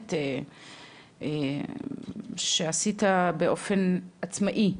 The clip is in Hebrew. מעניינת שעשית באופן עצמאי,